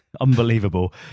Unbelievable